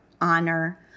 honor